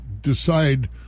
decide